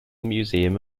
museum